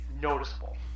noticeable